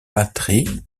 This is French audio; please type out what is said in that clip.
patrie